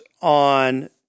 on